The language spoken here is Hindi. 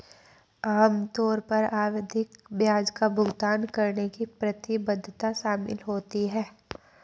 आम तौर पर आवधिक ब्याज का भुगतान करने की प्रतिबद्धता शामिल होती है